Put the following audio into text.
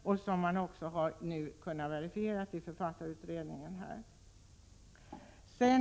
Det har man nu också kunnat verifiera i författarutredningen.